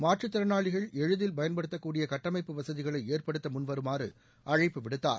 மாற்றுத் திறனாளிகள் எளிதில் பயன்படுத்தக் கூடிய கட்டமைப்பு வசதிகளை ஏற்படுத்த முன்வருமாறு அழைப்பு விடுத்தார்